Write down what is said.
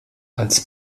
als